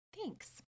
thanks